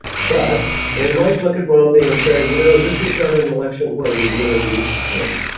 but they might look at romney and say, you know, this is not an election where we really need to vote.